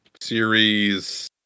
series